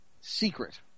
secret